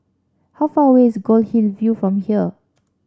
how far away is Goldhill View from here